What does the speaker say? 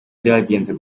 byagenze